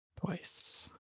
twice